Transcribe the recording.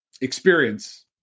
experience